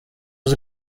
was